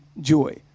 joy